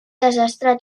desastre